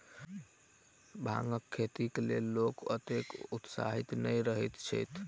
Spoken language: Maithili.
भांगक खेतीक लेल लोक ओतेक उत्साहित नै रहैत छैथ